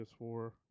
ps4